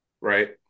right